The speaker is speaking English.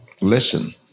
listen